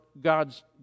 God's